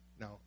Now